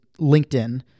LinkedIn